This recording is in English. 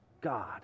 god